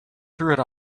through